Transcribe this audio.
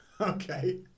Okay